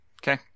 okay